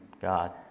God